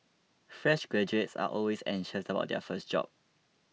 fresh graduates are always anxious about their first job